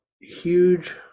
huge